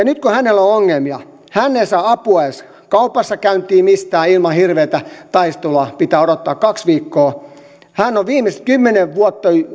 nyt kun hänellä on ongelmia hän ei saa apua edes kaupassa käyntiin mistään ilman hirveätä taistelua pitää odottaa kaksi viikkoa hän on viimeiset kymmenen vuotta